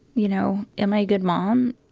you know, am i a good mom?